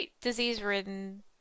disease-ridden